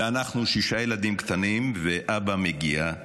ואנחנו שישה ילדים קטנים, קטנים?